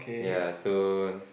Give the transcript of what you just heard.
ya so